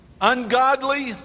ungodly